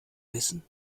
wissen